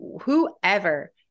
whoever